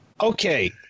Okay